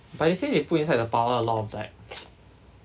but they say they out inside the powder a lot of like ex~